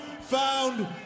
found